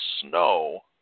snow